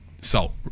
salt